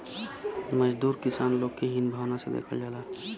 मजदूर किसान लोग के हीन भावना से देखल जाला